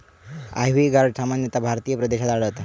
ivy gourd सामान्यतः भारतीय प्रदेशात आढळता